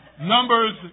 Numbers